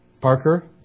Parker